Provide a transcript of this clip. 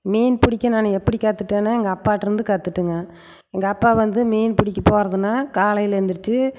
மீன் பிடிக்க நான் எப்படி கத்துக்கிட்டேன்னா எங்கள் அப்பாகிட்டருந்து கத்துக்கிட்டேன்ங்க எங்கள் அப்பா வந்து மீன் பிடிக்க போவதுன்னா காலையில் எழுந்துரிச்சு